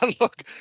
Look